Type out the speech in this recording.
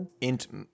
Int